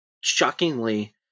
shockingly